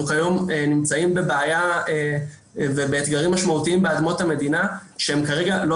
אנחנו כיום נמצאים בבעיה ובאתגרים משמעותיים באדמות המדינה שכרגע הן לא